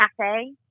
Cafe